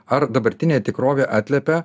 ar dabartinė tikrovė atliepia